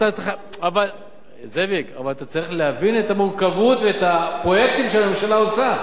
אבל אתה חייב להבין את המורכבות ואת הפרויקטים שהממשלה עושה.